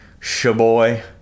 shaboy